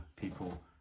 people